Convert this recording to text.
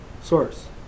source